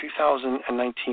2019